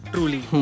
Truly